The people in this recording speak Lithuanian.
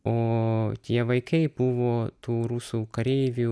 o tie vaikai buvo tų rusų kareivių